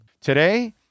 Today